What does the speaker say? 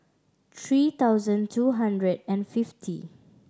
three thousand two hundred and fifty